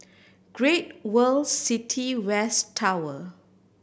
Great World City West Tower